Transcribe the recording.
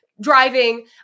driving